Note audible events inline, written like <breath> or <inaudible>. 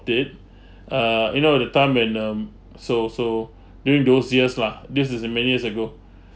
did <breath> uh you know the time when um so so during those years lah this is in many years ago